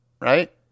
right